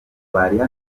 bariha